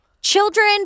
children